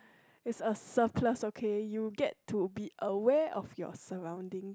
is a surplus okay you get to be aware of your surroundings